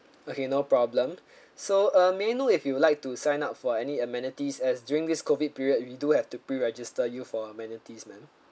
okay no problem so uh may I know if you would like to sign up for any amenities as during this COVID period we do have to pre register you for amenities ma'am